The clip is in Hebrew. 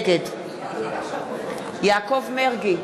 נגד יעקב מרגי,